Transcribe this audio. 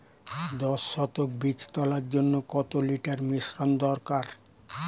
দশ শতক বীজ তলার জন্য কত লিটার মিশ্রন দরকার?